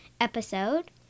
episode